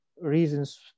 reasons